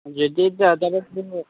हजुर त्यही त तपाईँको